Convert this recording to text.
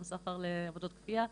גם סחר לעבודות כפייה,